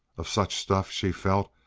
of such stuff, she felt,